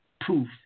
proof